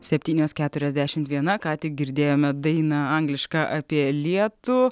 septynios keturiasdešimt viena ką tik girdėjome dainą anglišką apie lietų